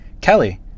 Kelly